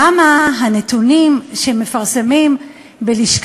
הצעת, "ריאל מדריד"